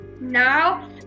Now